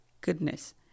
goodness